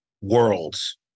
worlds